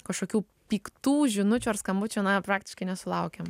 kažkokių piktų žinučių ar skambučių na praktiškai nesulaukėm